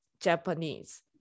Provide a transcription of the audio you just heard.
Japanese